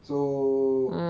so